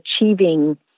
achieving